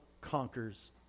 conquers